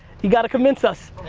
you gotta convince us.